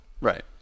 right